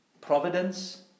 Providence